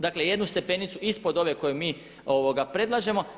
Dakle jednu stepenicu ispod ove koju mi predlažemo.